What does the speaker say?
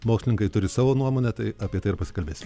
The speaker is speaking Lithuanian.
mokslininkai turi savo nuomonę tai apie tai ir paskelbėsim